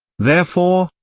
therefore,